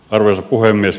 arvoisa puhemies